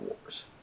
Wars